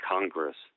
Congress